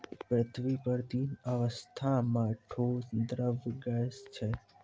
पृथ्वी पर तीन अवस्था म ठोस, द्रव्य, गैस छै